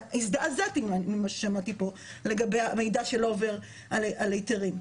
הזדעזעתי ממה ששמעתי פה לגבי המידע שלא עובר על היתרים.